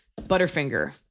Butterfinger